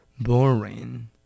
Boring